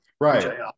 Right